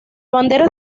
bandera